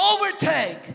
overtake